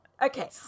Okay